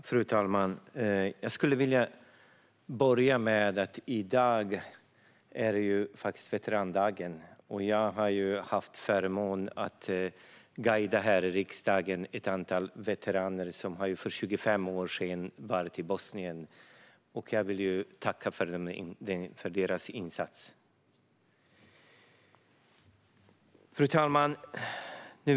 Fru talman! I dag är det veterandagen. Jag har haft förmånen att här i riksdagen guida ett antal veteraner som för 25 år sedan var i Bosnien. Jag vill inleda mitt anförande med att tacka för deras insats. Fru talman!